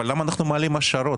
אבל למה אנחנו מעלים השערות?